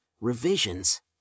revisions